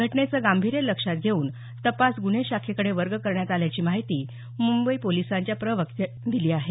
घटनेचं गांभीर्य लक्षात घेऊन तपास गुन्हे शाखेकडे वर्ग करण्यात आल्याची माहिती मुंबई पोलिसांच्या प्रवक्त्यानं दिली आहे